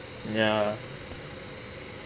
ya